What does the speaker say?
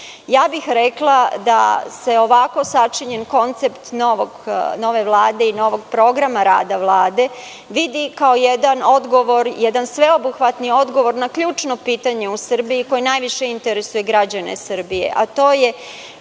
bih rekla da ovako sačinjen koncept nove Vlade i novog programa rada Vlade vidi kao jedan odgovor, jedan sveobuhvatni odgovor na ključno pitanje u Srbiji koje najviše interesuje građane Srbije, a to je